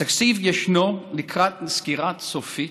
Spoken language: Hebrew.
התקציב ישנו ולקראת סגירה סופית.